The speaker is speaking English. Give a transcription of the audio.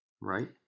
right